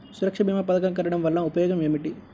సురక్ష భీమా పథకం కట్టడం వలన ఉపయోగం ఏమిటి?